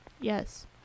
Yes